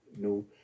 No